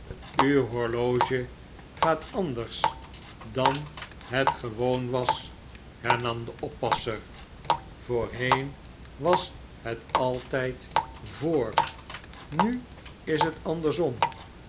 juw horloge gaat anders dan het gewoon was hernam de op passer voorheen was het altijd voor nu is het andersom